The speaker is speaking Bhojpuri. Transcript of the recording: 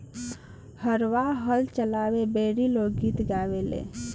हरवाह हल चलावे बेरी लोक गीत गावेले